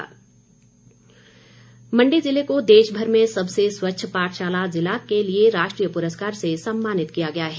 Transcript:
पुरस्कार मण्डी जिले को देशभर में सबसे स्वच्छ पाठशाला जिला के लिए राष्ट्रीय पुरस्कार से सम्मानित किया गया है